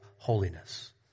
Holiness